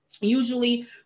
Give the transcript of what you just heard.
Usually